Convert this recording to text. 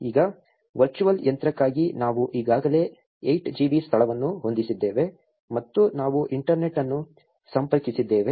ಈ ವರ್ಚುವಲ್ ಯಂತ್ರಕ್ಕಾಗಿ ನಾವು ಈಗಾಗಲೇ 8 GB ಸ್ಥಳವನ್ನು ಹೊಂದಿಸಿದ್ದೇವೆ ಮತ್ತು ನಾವು ಇಂಟರ್ನೆಟ್ ಅನ್ನು ಸಂಪರ್ಕಿಸಿದ್ದೇವೆ